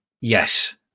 Yes